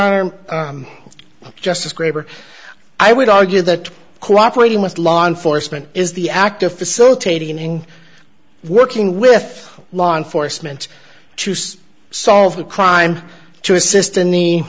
graber i would argue that cooperating with law enforcement is the act of facilitating working with law enforcement choose solve the crime to assist in the